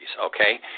okay